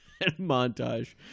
montage